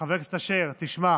חבר הכנסת אשר, תשמע.